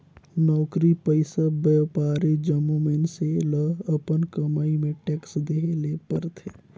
नउकरी पइसा, बयपारी जम्मो मइनसे ल अपन कमई में टेक्स देहे ले परथे